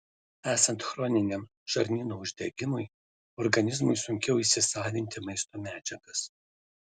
esant chroniniam žarnyno uždegimui organizmui sunkiau įsisavinti maisto medžiagas